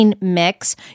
mix